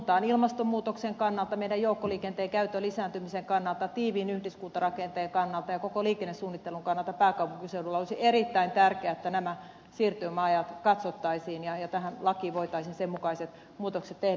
ilmastonmuutoksen kannalta meidän joukkoliikenteen käytön lisääntymisen kannalta tiiviin yhdyskuntarakenteen kannalta ja koko liikennesuunnittelun kannalta olisi erittäin tärkeää että pääkaupunkiseudulla nämä siirtymäajat katsottaisiin ja tähän lakiin voitaisiin sen mukaiset muutokset tehdä